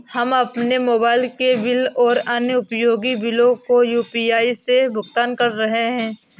हम अपने मोबाइल के बिल और अन्य उपयोगी बिलों को यू.पी.आई से भुगतान कर रहे हैं